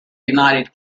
united